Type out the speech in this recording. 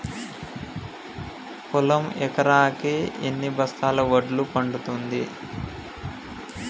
పొలం ఎకరాకి ఎన్ని బస్తాల వడ్లు పండుతుంది?